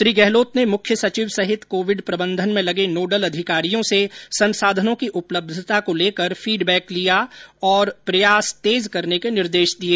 श्री गहलोत ने मुख्य सचिव सहित कोविड प्रबंधन में लगे नोडल अधिकारियों से संसाधनों की उपलब्यता को लेकर फीडबैक लिया तथा प्रयास और तेज करने को निर्देश दिए